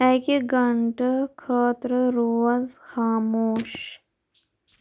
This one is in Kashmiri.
اَکِہ گنٹہٕ خٲطرٕ روز خاموش